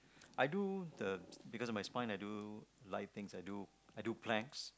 I do the because of my spine I do light things I do I do planks